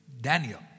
Daniel